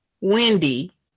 wendy